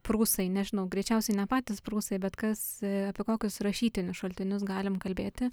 prūsai nežinau greičiausiai ne patys prūsai bet kas apie kokius rašytinius šaltinius galim kalbėti